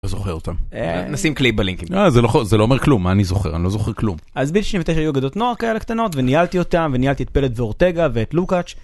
זוכרת נשים כלי בלינקים זה לא חוזר לומר כלום אני זוכר אני לא זוכר כלום אז בית שני מתי שהיו גדות נועק על הקטנות וניהלתי אותם וניהלתי את פלט וורטגה ואת לוקאץ׳.